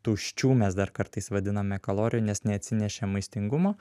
tuščių mes dar kartais vadiname kalorijų nes neatsinešė maistingumo